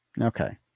okay